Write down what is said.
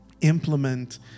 Implement